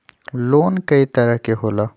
Loan कय तरह के होला?